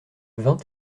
vingt